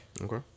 Okay